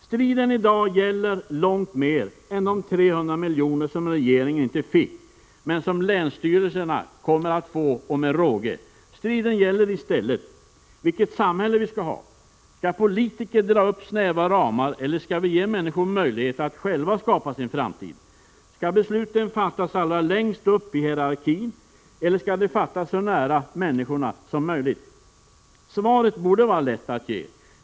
Striden i dag gäller långt mer än de 300 milj.kr. som regeringen inte fick men som länsstyrelserna kommer att få, och det med råge. Striden gäller i stället vilket samhälle vi skall ha. Skall politiker dra upp snäva ramar, eller skall vi ge människor möjlighet att själva skapa sin framtid? Skall besluten fattas allra längst upp i hierarkin, eller skall de fattas så nära människorna som möjligt? Svaren borde vara lätta att ge.